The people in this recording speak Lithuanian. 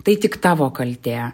tai tik tavo kaltė